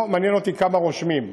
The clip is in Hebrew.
לא מעניין אותי כמה רושמים,